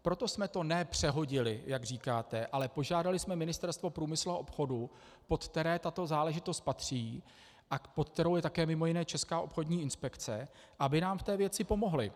Proto jsme to ne přehodili, jak říkáte, ale požádali jsme Ministerstvo průmyslu a obchodu, pod které tato záležitost patří a pod kterým je také mj. Česká obchodní inspekce, aby nám v té věci pomohli.